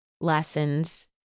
lessons